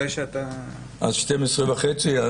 עד 12.30?